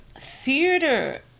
theater